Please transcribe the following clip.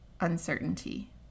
uncertainty